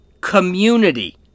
community